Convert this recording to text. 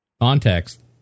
context